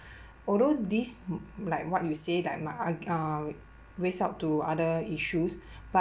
although this m~ like what you say like my a~ um raise out to other issues but